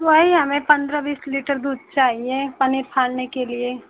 वही हमें पंद्रह बीस लीटर दूध चाहिए पनीर फाड़ने के लिए